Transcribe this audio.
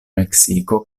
meksiko